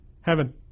heaven